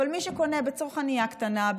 אבל מי שקונה בצרכנייה קטנה,